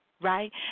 Right